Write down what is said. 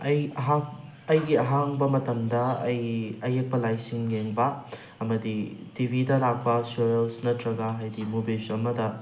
ꯑꯩ ꯑꯍꯥꯛ ꯑꯩꯒꯤ ꯑꯍꯥꯡꯕ ꯃꯇꯝꯗ ꯑꯩ ꯑꯌꯦꯛꯄ ꯂꯥꯏꯁꯤꯡ ꯌꯦꯡꯕ ꯑꯃꯗꯤ ꯇꯤꯚꯤꯗ ꯂꯥꯛꯄ ꯁꯦꯔꯦꯜꯁ ꯅꯠꯇ꯭ꯔꯒ ꯍꯥꯏꯗꯤ ꯃꯣꯚꯤꯁ ꯑꯃꯗ